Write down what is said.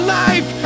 life